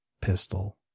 pistol